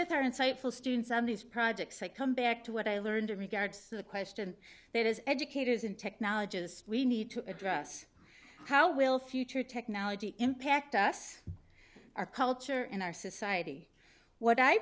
with our insightful students on these projects i come back to what i learned in regards to the question that as educators and technologist we need to address how will future technology impact us our culture and our society what i